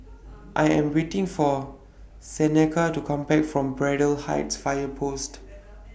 I Am waiting For Seneca to Come Back from Braddell Heights Fire Post